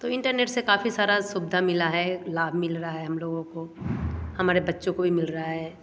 तो इंटरनेट से काफ़ी सारा सुविधा मिला है लाभ मिल रहा है हम लोगों को हमारे बच्चों को भी मिल रहा है